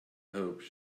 hope